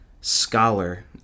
scholar